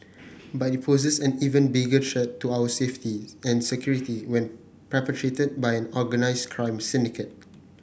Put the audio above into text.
but it poses an even bigger threat to our safeties and security when perpetrated by an organised crime syndicate